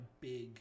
big –